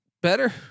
better